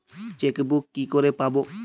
Chequebook কি করে পাবো?